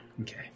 okay